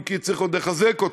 אם כי צריך עוד לחזק אותו.